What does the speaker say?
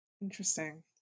Interesting